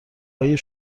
های